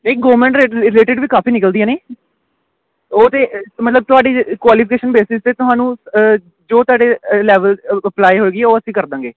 ਨਹੀਂ government related ਵੀ ਕਾਫੀ ਨਿਕਲਦੀਆਂ ਨੇ ਉਹਦੇ ਮਤਲਬ ਤੁਹਾਡੀ ਕੁਆਲੀਫਿਕੇਸ਼ਨ ਬੇਸਿਸ 'ਤੇ ਤੁਹਾਨੂੰ ਜੋ ਤੁਹਾਡੇ ਲੈਵਲ ਅਪਲਾਈ ਹੋਏਗੀ ਉਹ ਅਸੀਂ ਕਰ ਦਿਆਂਗੇ